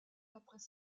après